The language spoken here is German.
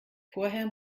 vorher